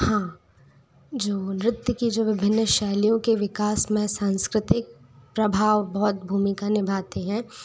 हाँ जो नृत्य की जो विभिन्न शैलियों के विकास में सांस्कृतिक प्रभाव बहुत भूमिका निभाते हैं